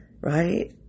right